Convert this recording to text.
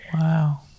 Wow